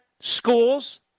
Schools